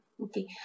Okay